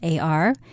AR